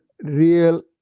real